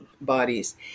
bodies